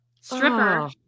Stripper